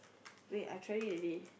wait I trying read the name